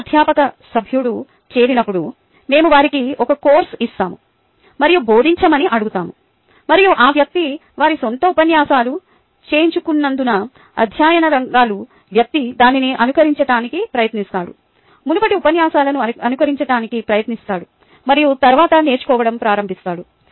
క్రొత్త అధ్యాపక సభ్యుడు చేరినప్పుడు మేము వారికి ఒక కోర్సు ఇస్తాము మరియు బోధించమని అడుగుతాము మరియు ఆ వ్యక్తి వారి స్వంత ఉపన్యాసాలు చేయించుకున్నందున అధ్యయన రంగాలు వ్యక్తి దానిని అనుకరించటానికి ప్రయత్నిస్తాడు మునుపటి ఉపన్యాసాలను అనుకరించటానికి ప్రయత్నిస్తాడు మరియు తరువాత నేర్చుకోవడం ప్రారంభిస్తాడు